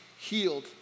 healed